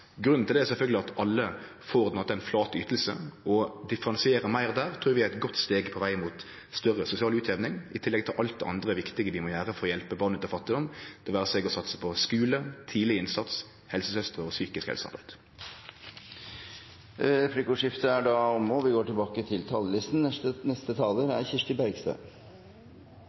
Grunnen til det er sjølvsagt at alle får dette, at det er ein flat stønad. Det å differensiere meir der trur vi er eit godt steg på vegen mot større sosial utjamning, i tillegg til alt det andre viktige vi må gjere for å hjelpe barn ut av fattigdom – det vere seg tidleg innsats eller det å satse på skule, helsesøstrer og psykisk helsearbeid. Replikkordskiftet er dermed omme. Jeg vil starte med å ta opp SVs forslag. Norge er igjen kåret til